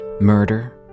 Murder